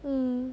mm